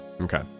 Okay